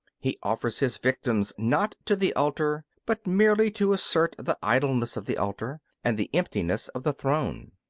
he offers his victims not to the altar, but merely to assert the idleness of the altar and the emptiness of the throne.